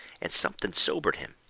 and something sobered him.